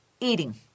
eating